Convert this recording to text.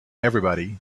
everybody